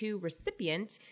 recipient